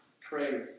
Pray